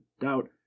doubt